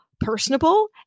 personable